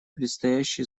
предстоящие